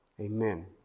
amen